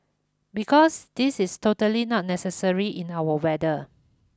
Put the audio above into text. because this is totally not necessary in our weather